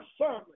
sermon